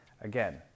Again